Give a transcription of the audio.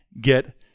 get